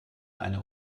eine